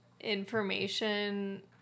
information